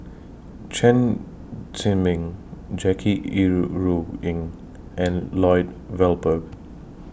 Chen Zhiming Jackie Yi Ru Ying and Lloyd Valberg